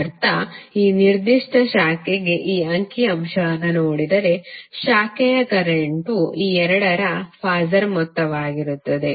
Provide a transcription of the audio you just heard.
ಇದರರ್ಥ ಈ ನಿರ್ದಿಷ್ಟ ಶಾಖೆಗೆ ಈ ಅಂಕಿ ಅಂಶವನ್ನು ನೋಡಿದರೆ ಶಾಖೆಯ ಕರೆಂಟ್ವು ಈ ಎರಡರ ಫಾಸರ್ ಮೊತ್ತವಾಗಿರುತ್ತದೆ